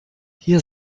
hier